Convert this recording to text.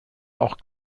auch